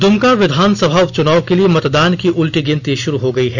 दुमका विधानसभा उपचुनाव के लिए मतदान की उलटी गिनती शुरू हो गयी है